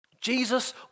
Jesus